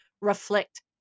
reflect